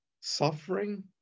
suffering